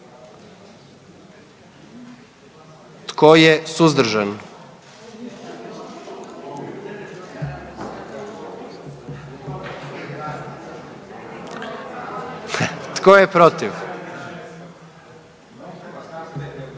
Tko je suzdržan? I tko je protiv?